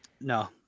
No